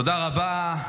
תודה רבה.